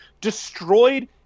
destroyed